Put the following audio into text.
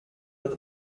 with